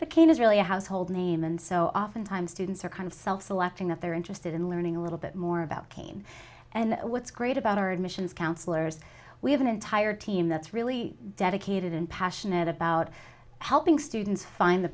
the cane is really a household name and so oftentimes students are kind of self selecting that they're interested in learning a little bit more about kane and what's great about our admissions counselors we have an entire team that's really dedicated and passionate about helping students find the